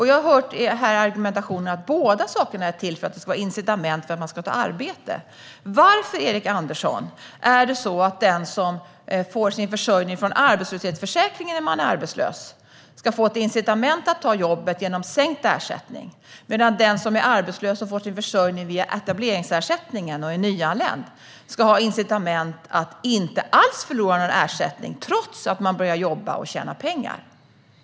Jag har hört argumentationen att båda sakerna ska vara incitament för att man ska ta arbete. Varför, Erik Andersson, är det så att den som är arbetslös och får sin försörjning från arbetslöshetsförsäkringen ska få ett incitament att ta jobbet genom sänkt ersättning, medan den som är arbetslös och nyanländ och får sin försörjning via etableringsersättningen ska ha incitament att inte alls förlora någon ersättning, trots att man börjar jobba och tjäna pengar?